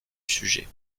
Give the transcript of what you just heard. sujet